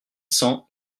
cents